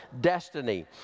destiny